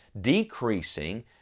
decreasing